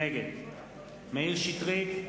נגד מאיר שטרית,